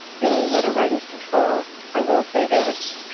the letter writers control i will say this.